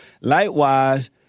Likewise